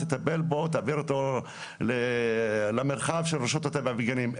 תטפל בו תעביר אותו למרחב של רשות הטבע והגנים.